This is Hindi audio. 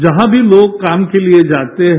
जहां भी लोग काम के लिए जाते हैं